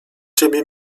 ciebie